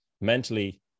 mentally